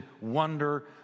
wonder